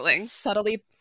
subtly